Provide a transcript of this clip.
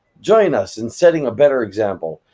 join us in setting a better example,